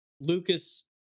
Lucas